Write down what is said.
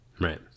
Right